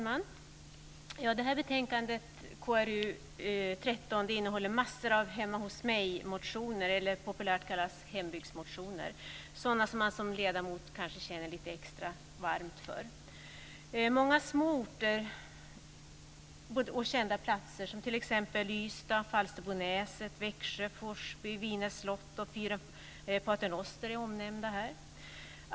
Fru talman! Det här betänkandet, KrU13, innehåller massor av "hemma hos mig"-motioner eller hembygdsmotioner, som de populärt kallas. Det är sådana som man som ledamot kanske känner lite extra varmt för. Många små orter och kända platser, t.ex. Ystad, Pater Noster, är omnämnda.